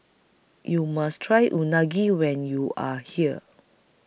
YOU must Try Unagi when YOU Are here